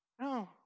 No